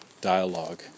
dialogue